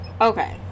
Okay